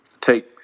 take